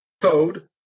code